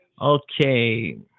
okay